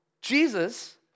Jesus